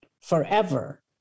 forever